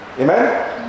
Amen